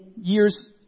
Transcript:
years